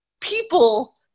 people